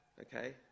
Okay